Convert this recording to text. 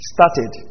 Started